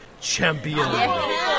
champion